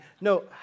No